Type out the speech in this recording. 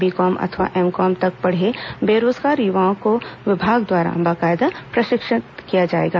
BCom अथवा M Com तक पढ़े बेरोजगार युवाओं को विभाग द्वारा बाकायदा प्रशिक्षित किया गया है